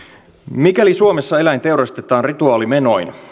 mikäli suomessa eläin teurastetaan rituaalimenoin